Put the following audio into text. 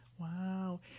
Wow